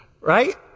Right